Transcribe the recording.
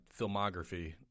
filmography